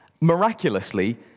miraculously